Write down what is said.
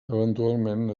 eventualment